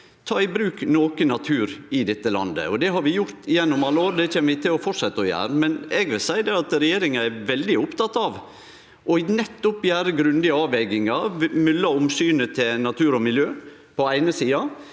ta i bruk noko natur i dette landet. Det har vi gjort gjennom alle år, og det kjem vi til å fortsetje å gjere. Men eg vil seie at regjeringa er veldig oppteken av nettopp å gjere grundige avvegingar mellom omsynet til natur og miljø på den eine